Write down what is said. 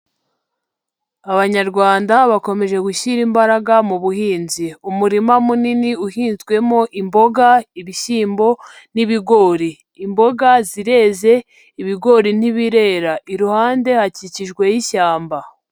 Abanyarwanda bakomeje gushyira imbaraga mu buhinzi, umurima munini uhinzwemo imboga, ibishyimbo n'ibigori, imboga zireze, ibigori nt'ibirera, iruhande hakikijweho ishyamba.